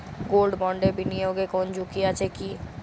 Gold বন্ডে বিনিয়োগে কোন ঝুঁকি আছে কি?